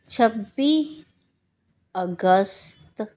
ਛੱਬੀ ਅਗਸਤ